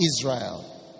Israel